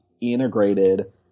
integrated